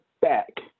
back